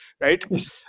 right